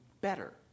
better